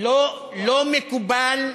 לא מקובל.